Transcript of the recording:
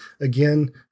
again